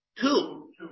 two